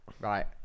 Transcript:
Right